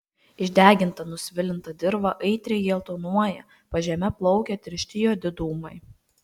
išdeginta nusvilinta dirva aitriai geltonuoja pažeme plaukia tiršti juodi dūmai